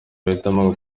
bahitamo